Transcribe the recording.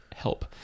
Help